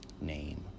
name